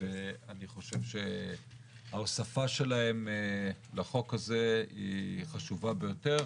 ואני חושב שההוספה שלהם לחוק הזה היא חובה ביותר,